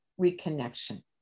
reconnection